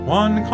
one